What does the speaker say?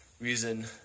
reason